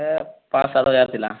ଏ ପାଞ୍ଚ୍ ସାତ୍ ହଜାର୍ ଥିଲା